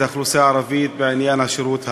האוכלוסייה הערבית בעניין השירות הלאומי.